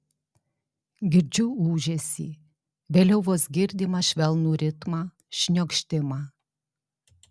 girdžiu ūžesį vėliau vos girdimą švelnų ritmą šniokštimą